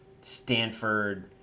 Stanford